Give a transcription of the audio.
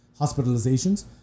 hospitalizations